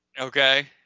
okay